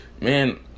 man